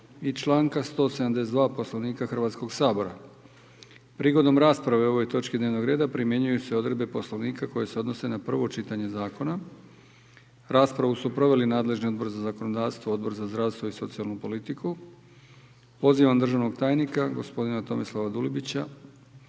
i članka 172. Poslovnika Hrvatskoga sabora. Prigodom rasprave o ovoj točki dnevnog reda primjenjuju se odredbe Poslovnika koje se odnose na prvo čitanje zakona. Raspravu su proveli Odbor za zakonodavstvo i Odbor za poljoprivredu. Molio bih predstavnika predlagatelja